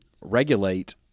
regulate